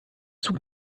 zug